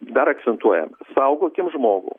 dar akcentuojant saugokim žmogų